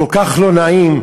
כל כך לא נעים.